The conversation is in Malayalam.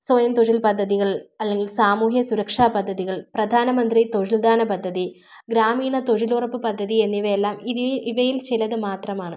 സ്വയം തൊഴിൽ പദ്ധതികൾ അല്ലെങ്കിൽ സാമൂഹ്യ സുരക്ഷ പദ്ധതികൾ പ്രധാനമന്ത്രി തൊഴിൽദാന പദ്ധതി ഗ്രാമീണ തൊഴിലുറപ്പ് പദ്ധതി എന്നിവയെല്ലാം ഇവയിൽ ഇവയിൽ ചിലത് മാത്രമാണ്